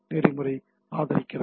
நெறிமுறை ஆதரிக்கிறது